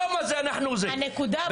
תודה, הנקודה ברורה.